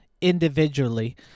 individually